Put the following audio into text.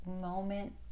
moment